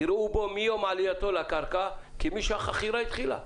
יראו בה מיום עלייתה לקרקע כמי שהחכירה החלה.